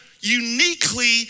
uniquely